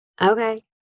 Okay